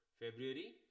February